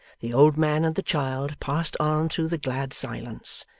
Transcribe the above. the old man and the child passed on through the glad silence,